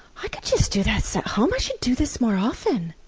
i could just do this at home, i should do this more often!